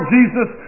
Jesus